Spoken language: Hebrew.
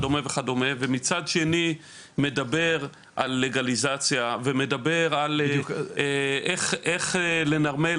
ומצד שני מדבר על לגליזציה ומדבר על איך לנרמל,